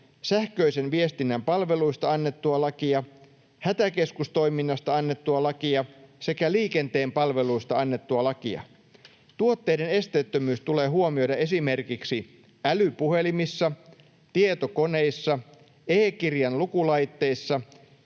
sähköisen viestinnän palveluista annettua lakia, hätäkeskustoiminnasta annettua lakia sekä liikenteen palveluista annettua lakia. Tuotteiden esteettömyys tulee huomioida esimerkiksi älypuhelimissa, tietokoneissa, e-kirjan lukulaitteissa,